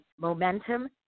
momentum